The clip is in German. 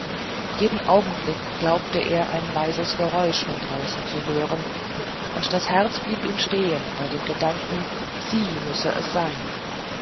jeden augenblick glaubte er ein leises geräusch von draußen zu hören und das herz blieb ihm stehen bei dem gedanken sie müsse es sein